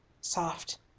Soft